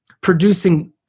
producing